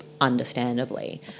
understandably